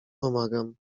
pomagam